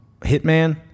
hitman